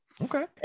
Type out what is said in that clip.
Okay